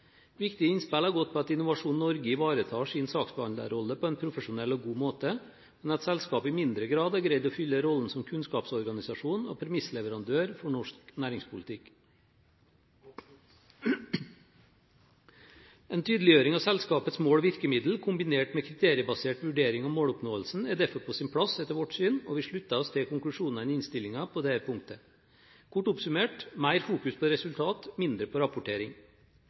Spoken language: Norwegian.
Viktige innspill har gått på at Innovasjon Norge ivaretar sin saksbehandlerrolle på en profesjonell og god måte, men at selskapet i mindre grad har greid å fylle rollen som kunnskapsorganisasjon og premissleverandør for norsk næringspolitikk. En tydeliggjøring av selskapets mål og virkemidler kombinert med kriteriebasert vurdering av måloppnåelsen er derfor på sin plass, etter vårt syn, og vi slutter oss til konklusjonene i innstillingen på dette punktet. Kort oppsummert: mer fokus på resultat, mindre på rapportering.